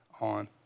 on